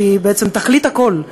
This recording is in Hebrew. שהיא בעצם תכלית הכול,